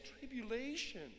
tribulation